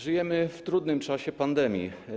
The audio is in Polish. Żyjemy w trudnym czasie pandemii.